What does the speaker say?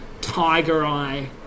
tiger-eye